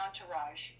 entourage